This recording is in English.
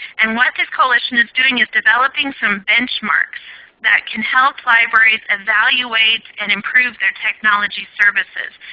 and what this coalition is doing is developing some benchmarks that can help libraries evaluate and improve their technology services.